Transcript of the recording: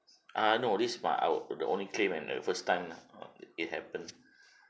ah no this ma~ I wo~ the only claim and the first time lah it happened